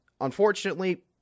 unfortunately